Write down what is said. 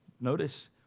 Notice